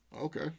Okay